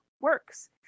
works